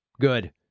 Good